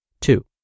Two